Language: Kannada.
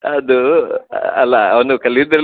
ಅದು ಅಲ್ಲ ಅವನು ಕಲಿಯುವುದ್ರಲ್ಲಿ